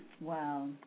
Wow